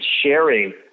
sharing